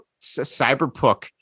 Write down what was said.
Cyberpunk